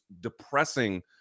depressing